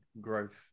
growth